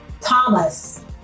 Thomas